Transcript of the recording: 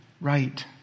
right